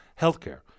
healthcare